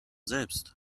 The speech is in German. selbst